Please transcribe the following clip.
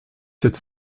cette